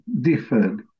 differed